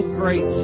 great